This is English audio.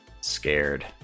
scared